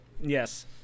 Yes